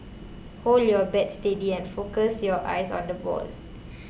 hold your bat steady and focus your eyes on the ball